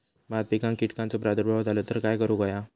भात पिकांक कीटकांचो प्रादुर्भाव झालो तर काय करूक होया?